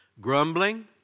grumbling